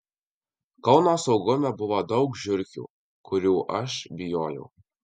kauno saugume buvo daug žiurkių kurių aš bijojau